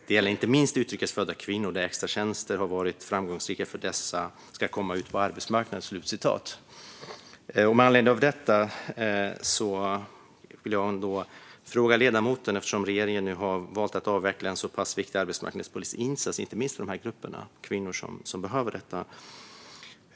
Det gäller inte minst utrikes födda kvinnor, där extratjänster har varit framgångsrika för att dessa ska komma ut på arbetsmarknaden. Med anledning av detta vill jag ställa en fråga till ledamoten eftersom regeringen nu har valt att avveckla en så pass viktig arbetsmarknadspolitisk insats, inte minst för de här grupperna - kvinnor som behöver detta.